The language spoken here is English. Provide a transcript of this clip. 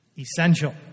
essential